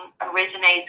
originates